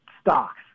stocks